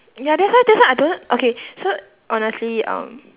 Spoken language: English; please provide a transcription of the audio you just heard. ya that's why that's why I don't okay so honestly um